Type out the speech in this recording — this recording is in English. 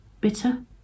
Bitter